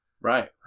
Right